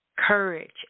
Courage